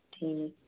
ठीक